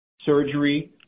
surgery